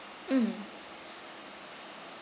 mm